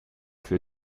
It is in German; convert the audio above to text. für